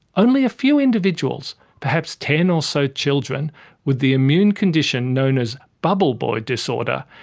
only a few individuals, perhaps ten or so children with the immune condition known as bubble boy disorder,